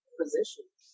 positions